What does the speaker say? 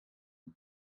dem